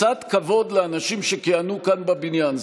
קצת כבוד לאנשים שכיהנו כאן בבניין.